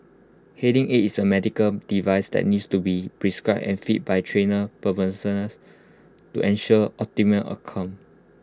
hearing aid is A medical device that needs to be prescribed and fitted by trained to ensure optimum outcome